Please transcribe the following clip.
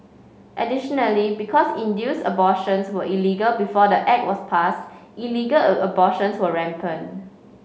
additionally because induced abortions were illegal before the Act was passed illegal a abortions were rampant